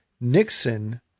Nixon